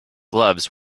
gloves